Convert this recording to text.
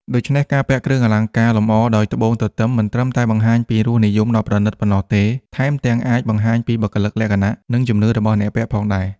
ដូច្នេះ ការពាក់គ្រឿងអលង្ការលម្អដោយត្បូងទទឹមមិនត្រឹមតែបង្ហាញពីរសនិយមដ៏ប្រណិតប៉ុណ្ណោះទេ ថែមទាំងអាចបង្ហាញពីបុគ្គលិកលក្ខណៈ និងជំនឿរបស់អ្នកពាក់ផងដែរ។